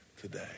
today